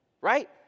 right